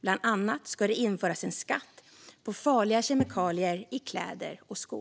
Bland annat ska det införas en skatt på farliga kemikalier i kläder och skor.